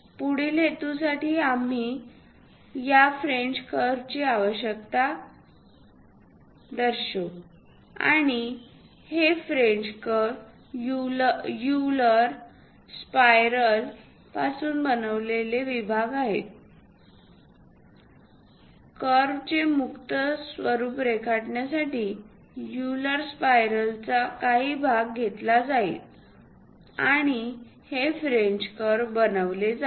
पुढील हेतूसाठी आम्हाला या फ्रेंच कर्वची आवश्यकता आहे आणि हे फ्रेंच कर्व युलर स्पायरलपासून बनवलेले विभाग आहेत कर्व चे मुक्त स्वरूप रेखाटण्यासाठी युलर स्पायरलचा काही भाग घेतला जाईल आणि हे फ्रेंच कर्व बनविले जाईल